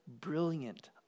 brilliant